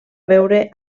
veure